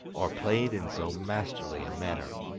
or played in so masterly a manner.